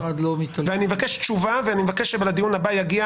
ואני מבקש תשובה ואני מבקש שלדיון הבא יגיע